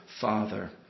father